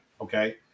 okay